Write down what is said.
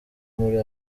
muri